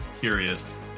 Curious